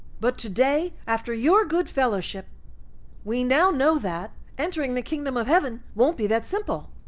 but today, after your good fellowship we now know that entering the kingdom of heaven won't be that simple!